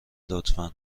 لطفا